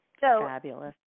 Fabulous